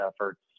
efforts